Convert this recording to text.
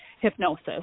hypnosis